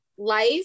life